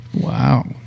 Wow